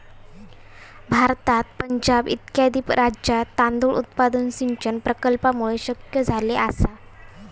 भारतात पंजाब इत्यादी राज्यांत तांदूळ उत्पादन सिंचन प्रकल्पांमुळे शक्य झाले आसा